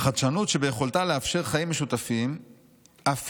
"החדשנות שביכולתה לאפשר חיים משותפים אף